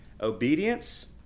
Obedience